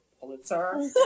Pulitzer